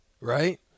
right